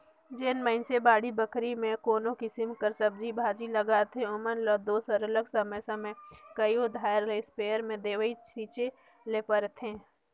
जेन मइनसे बाड़ी बखरी में कोनो किसिम कर सब्जी भाजी लगाथें ओमन ल दो सरलग समे समे कइयो धाएर ले इस्पेयर में दवई छींचे ले परथे